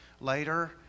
later